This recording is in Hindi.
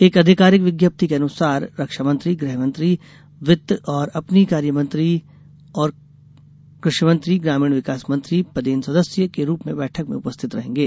एक आधिकारिक विज्ञप्ति के अनुसार रक्षामंत्री गृहमंत्री वित्त और कम्पनी कार्यमंत्री कृषिमंत्री ग्रामीण विकासमंत्री पदेन सदस्य के रूप में बैठक में उपस्थित रहेंगे